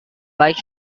baik